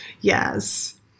Yes